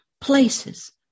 places